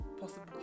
possible